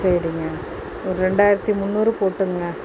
சரிங்க ஒரு ரெண்டாயிரத்து முன்னூறு போட்டுக்கோங்க